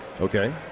Okay